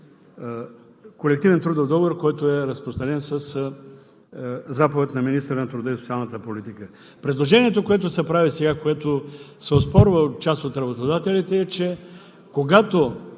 колективен трудов договор, който е разпространен със заповед на министъра на труда и социалната политика. Предложението, което се прави сега, което се оспорва от част от работодателите, е, че когато